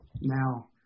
now